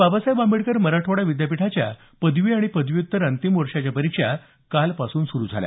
बाबासाहेब आंबेडकर मराठवाडा विद्यापीठाच्या पदवी आणि पदव्युत्तर अंतिम वर्षांच्या परीक्षा कालपासून सुरु झाल्या